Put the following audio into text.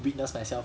witness myself